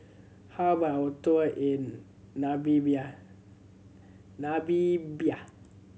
how about a tour in Namibia